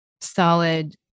solid